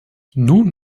nun